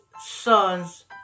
son's